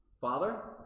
Father